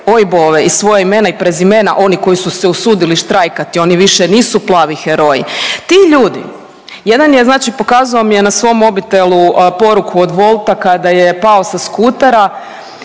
OIB-ove i svoja imena i prezimena oni koji su se usudili štrajkati, oni više nisu plavi heroji. Ti ljudi, jedan je, znači pokazao mi je na svom mobitelu poruku od Wolta kada je pao sa skutera,